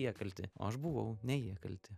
jie kalti o aš buvau ne jie kalti